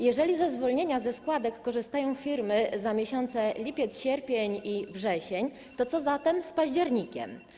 Jeżeli ze zwolnienia ze składek korzystają firmy za lipiec, sierpień i wrzesień, to co zatem z październikiem?